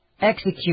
execute